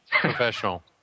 Professional